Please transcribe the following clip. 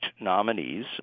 nominees